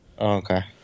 okay